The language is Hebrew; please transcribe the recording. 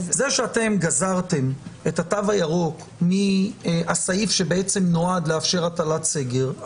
זה שאתם גזרתם את התו הירוק מהסעיף שנועד לאפשר הטלת סגר,